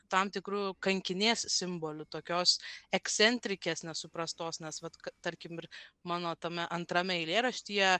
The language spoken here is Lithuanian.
tam tikru kankinės simboliu tokios ekscentrikės nesuprastos nes vat tarkim ir mano tame antrame eilėraštyje